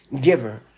giver